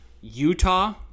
Utah